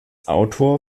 autor